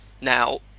Now